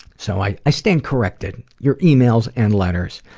so i i stand corrected. your emails and letters.